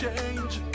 Change